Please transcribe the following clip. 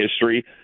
history